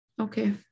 Okay